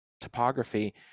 topography